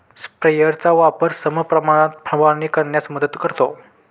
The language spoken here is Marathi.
स्प्रेयरचा वापर समप्रमाणात फवारणी करण्यास मदत करतो